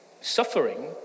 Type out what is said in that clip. suffering